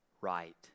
right